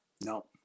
no